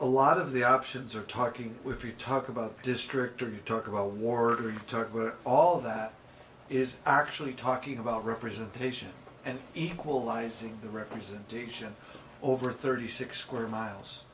a lot of the options are talking with you talk about district or you talk about ward took were all that is actually talking about representation and equalizing the representation over thirty six square miles